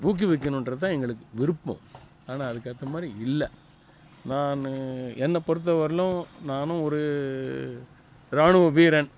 ஊக்குவிக்கணுன்றது தான் எங்களுக்கு விருப்பம் ஆனால் அதுக்கேற்ற மாதிரி இல்லை நான் என்ன பொறுத்தவரையிலும் நானும் ஒரு ராணுவ வீரன்